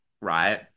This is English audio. right